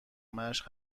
مشق